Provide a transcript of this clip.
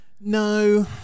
No